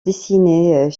dessiner